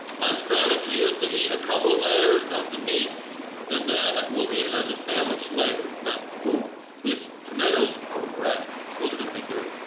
my strategy is to eat a couple layers of the meats and then we'll eat it as a sandwich later. but these tomatoes are red those are going to be good!